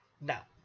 Now